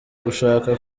gushaka